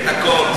את הכול.